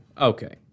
Okay